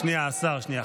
השר, שנייה.